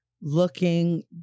looking